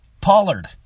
Pollard